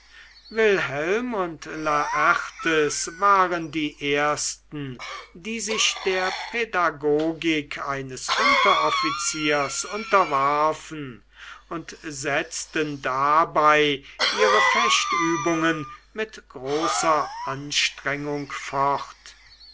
wilhelm und laertes waren die ersten die sich der pädagogik eines unteroffiziers unterwarfen und setzten dabei ihre fechtübungen mit großer anstrengung fort